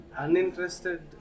uninterested